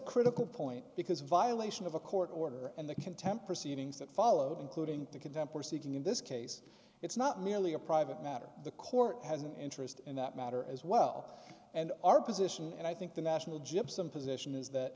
critical point because a violation of a court order and the contempt proceedings that followed including the content proceeding in this case it's not merely a private matter the court has an interest in that matter as well and our position and i think the national gypsum position is that